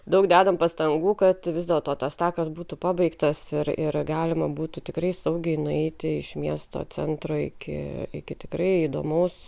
daug dedame pastangų kad vis dėlto tas takas būtų pabaigtas ir ir galima būtų tikrai saugiai nueiti iš miesto centro iki iki tikrai įdomaus